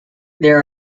there